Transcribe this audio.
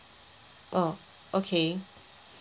oh okay